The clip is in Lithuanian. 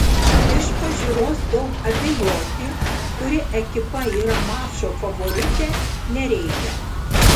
iš pažiūros daug abejoti kuri ekipa yra mačo favoritė nereikia